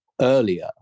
earlier